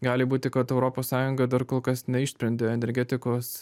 gali būti kad europos sąjunga dar kol kas neišsprendė energetikos